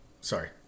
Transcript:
sorry